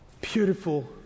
beautiful